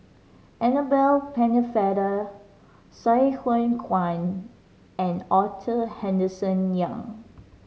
Annabel Pennefather Sai Hua Kuan and Arthur Henderson Young